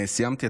סיימתי.